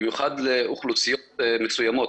במיוחד לאוכלוסיות מסוימות.